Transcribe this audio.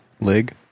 Leg